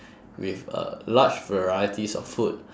with a large varieties of food